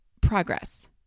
progress